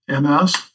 MS